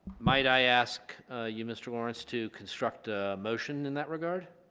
might i ask you mr. lawrence to construct a motion in that regard